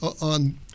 on